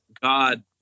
God